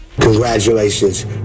Congratulations